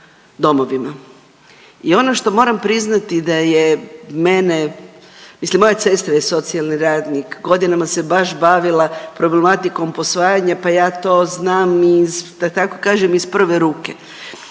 I ono što moram priznati da je mene, mislim moja sestra je socijalni radnik, godinama se baš bavila problematikom posvajanja pa ja to znam iz da tako